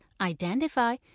identify